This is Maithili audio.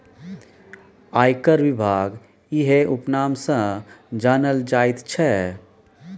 आयकर विभाग इएह उपनाम सँ जानल जाइत छै